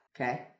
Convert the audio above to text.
okay